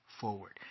forward